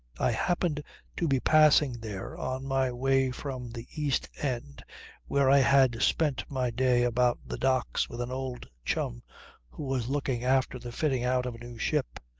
i happened to be passing there on my way from the east end where i had spent my day about the docks with an old chum who was looking after the fitting out of a new ship.